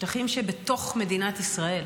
השטחים שבתוך מדינת ישראל.